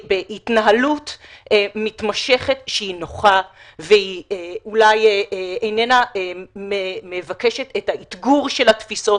בהתנהלות מתמשכת שהיא נוחה ואולי איננה מבקשת את האתגור של התפיסות